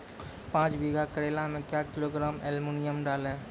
पाँच बीघा करेला मे क्या किलोग्राम एलमुनियम डालें?